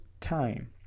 time